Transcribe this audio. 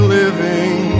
living